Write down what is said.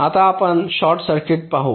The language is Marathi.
आता आपण शॉर्ट सर्किट पॉवर पाहू